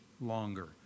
longer